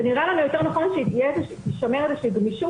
זה נראה לנו יותר נכון שתישמר איזה שהיא גמישות